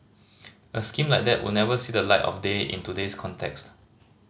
a scheme like that would never see the light of day in today's context